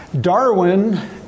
Darwin